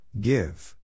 Give